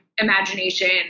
Imagination